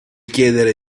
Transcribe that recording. chiedere